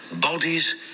bodies